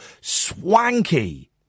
Swanky